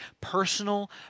Personal